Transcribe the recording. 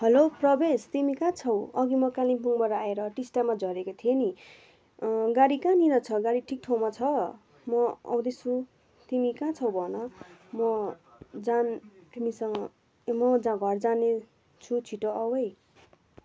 hello Prabesh तिमी कहाँ छौ अघि म कालिम्पोङबाट आएर टिस्टामा झरेको थिएँं नि गाडी कहाँनेर छ गाडी ठिक ठाउँमा छ म आउँदैछु तिमी कहाँ छौ भन म जान्न तिमीसँग ए म घर जाने छु छिटो आऊ है